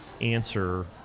answer